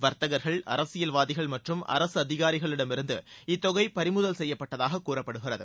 வர்த்தகர்கள் அரசியல்வாதிகள் மற்றும் அரசு அதிகாரிகளிடமிருந்து இத்தொகை பறிமுதல் செய்யப்பட்டதாக கூறப்படுகிறது